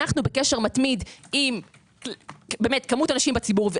אנו בקשר מתמיד עם כמות אנשים בציבור.